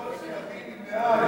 היות שכל סיעתי נמנעה,